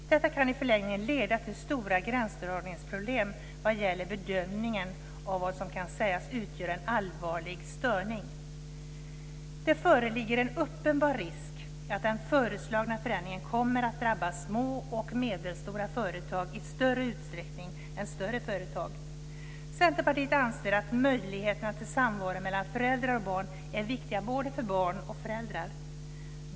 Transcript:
Detta kan i förlängningen leda till stora gränsdragningsproblem vad gäller bedömningen av vad som kan sägas utgöra en allvarlig störning. Det föreligger en uppenbar risk att den föreslagna förändringen kommer att drabba små och medelstora företag i större utsträckning än större företag. Centerpartiet anser att möjligheterna till samvaro mellan föräldrar och barn är viktiga både för barn och föräldrar.